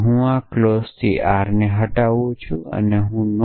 હું આ ક્લોઝમાંથી R ને હટાવું છું અને હું અહી